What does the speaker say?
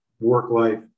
work-life